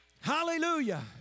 Hallelujah